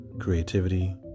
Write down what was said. creativity